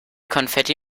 konfetti